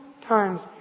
times